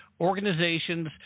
organizations